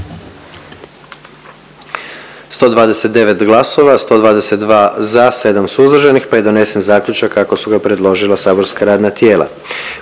122 glasa za i donesen je zaključak kako su ga predložila saborska radna tijela.